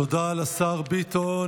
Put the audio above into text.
תודה לשר ביטון.